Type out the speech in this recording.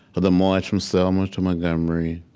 or the march from selma to montgomery,